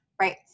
right